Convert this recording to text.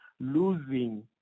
losing